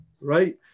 right